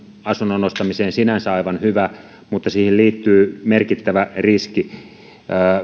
asunnon ostamiseen se on sinänsä aivan hyvä mutta siihen liittyy merkittävä riski